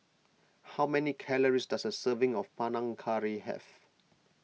how many calories does a serving of Panang Curry have